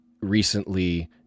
recently